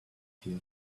here